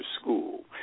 school